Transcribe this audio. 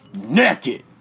naked